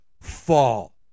fall